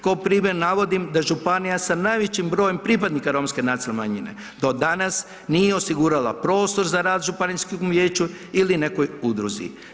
Ko primjer navodim da županija sa najvećim brojem pripadnika romske nacionalne manjine do danas nije osigurala prostor za rad županijskom vijeću ili nekoj udruzi.